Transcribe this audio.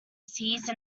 cease